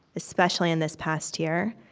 especially in this past year,